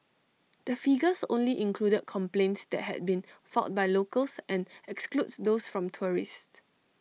the figures only included complaints that had been filed by locals and excludes those from tourists